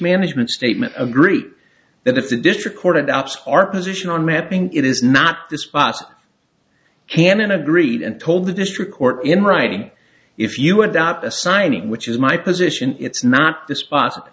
management statement agree that if the district court adopts our position on mapping it is not this but cannon agreed and told the district court in writing if you would out a signing which is my position it's not the spot